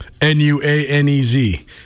N-U-A-N-E-Z